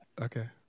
okay